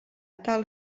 tal